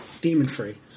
demon-free